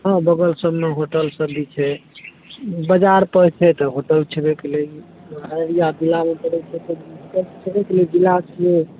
हँ बगल सबमे होटल सब भी छै बजार पर छै तऽ होटल छेबै केले अररिया जिला मे पड़ै छै तऽ सब छबै करे जिला छियै